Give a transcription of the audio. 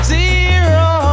Zero